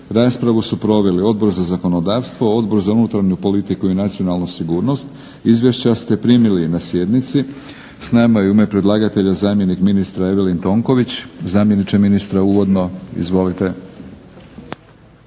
Raspravu su proveli Odbor za zakonodavstvo, Odbor za unutarnju politiku i nacionalnu sigurnost. Izvješća ste primili na sjednici. S nama je u ime predlagatelja zamjenik ministra Evelin Tonković. Zamjeniče ministra uvodno izvolite.